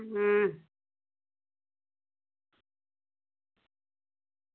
हां